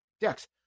Dex